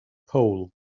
pole